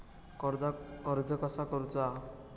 कर्जाक अर्ज कसा करुचा?